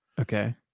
Okay